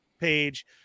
page